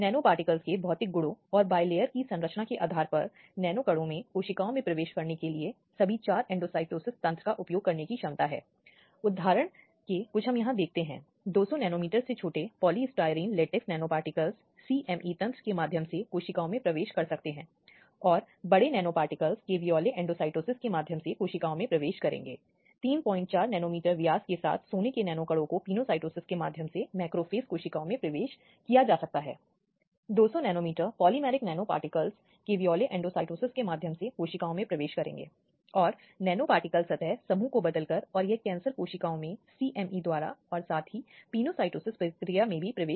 ये भी कहीं न कहीं महिलाओं के कारण की धारा १६० के संदर्भ में मदद करते हैं जो कहती है कि 18 वर्ष से कम उम्र के किसी पुरुष को और किसी व्यक्ति को ऐसे व्यक्ति के निवास स्थान के अलावा किसी भी स्थान पर उपस्थित होने की आवश्यकता नहीं होगी क्योंकि कई बार यह देखा गया है कि महिलाओं युवाओं को पुलिस स्टेशन में बुलाया गया है और पुलिस स्टेशन में उन्हें पहले की तरह हिंसा के अधीन किया गया है हमने कस्टोडियल हिंसा को सदा के लिए समाप्त कर दिया है और इसलिए उसके साथ दूर करने के लिए कहा है